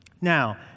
Now